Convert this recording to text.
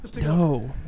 No